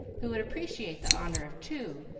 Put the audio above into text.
who would appreciate the honor of two,